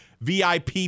VIP